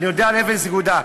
אני יודע על אפס נקודה.